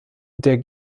der